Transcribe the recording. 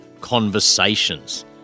conversations